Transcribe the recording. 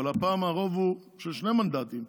אבל הפעם הרוב הוא של שני מנדטים,